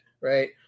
right